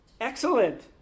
Excellent